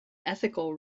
ethical